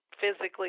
physically